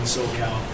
SoCal